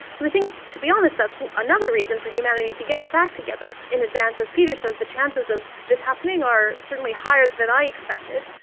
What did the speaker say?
think, to be honest, that's another reason for humanity to get its act together in advance. as peter says, the chances of this happening are certainly higher than i expected,